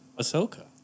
Ahsoka